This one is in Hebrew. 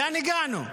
לאן הגענו?